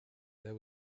there